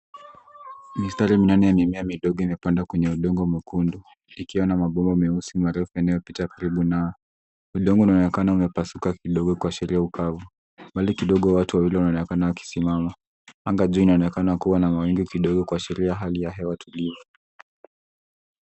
Mistari minene ya mimea midogo imepandwa kwenye udongo mwekundu, ikiwa na mabomba meusi marefu inayopita karibu nayo. Udongo unaonekana umepasuka kidogo kuashiria ukavu. Mbali kidogo watu wawili wanaonekana wakisimama. Anga juu inaonekana kuwa na mawingu kidogo kuashiria hali ya hewa tulivu.